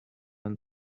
and